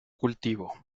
cultivo